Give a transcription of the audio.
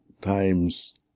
times